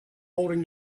holding